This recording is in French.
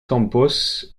campos